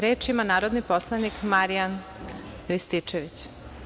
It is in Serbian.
Reč ima narodni poslanik Marijan Rističević.